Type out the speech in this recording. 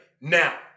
now